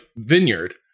vineyard